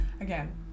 again